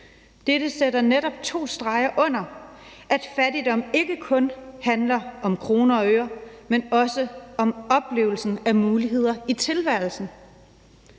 Dette sætter netop to streger under, at fattigdom ikke kun handler om kroner og øre, men også om oplevelsen af muligheder i tilværelsen.